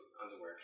underwear